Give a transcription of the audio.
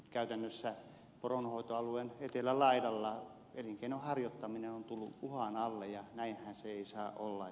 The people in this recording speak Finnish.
käytännössä poronhoitoalueen etelälaidalla elinkeinon harjoittaminen on tullut uhan alle ja näinhän ei saa olla